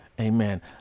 Amen